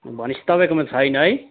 भनेपछि तपाईँकोमा छैन है